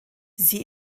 sie